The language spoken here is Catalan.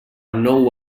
nou